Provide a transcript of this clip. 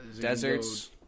Deserts